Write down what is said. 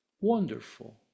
wonderful